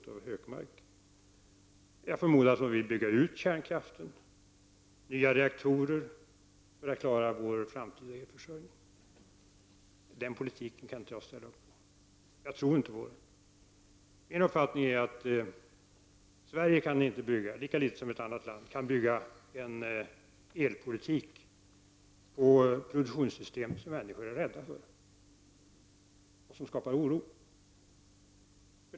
Jag förmodar att Karin Falkmer vill bygga ut kärnkraften med nya reaktorer för att klara vår framtida elförsörjning. Den politiken kan jag inte ställa upp på. Jag tror inte på den. Min uppfattning är att vi i Sverige inte kan, lika litet som i något annat land, bygga en elpolitik på ett produktionssystem som människor är rädda för och som skapar oro.